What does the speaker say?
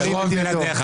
ירים את ידו.